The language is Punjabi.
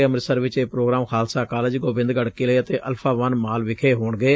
ੰਮ੍ਤਿਤਸਰ ਵਿਚ ਇਹ ਪ੍ਰੋਗਰਾਮ ਖਾਲਸਾ ਕਾਲਜ ਗੋਬਿੰਦਗੜ ਕਿਲੇ ਅਤੇ ਅਲਫਾ ਵਨ ਮਾਲ ਵਿਖੇ ਹੋਣਗੇ